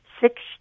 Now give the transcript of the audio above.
six